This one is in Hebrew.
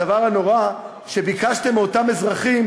הדבר הנורא הוא שביקשתם מאותם אזרחים